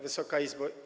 Wysoka Izbo!